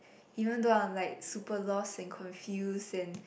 even though I am like super lost and confuse and